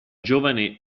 giovane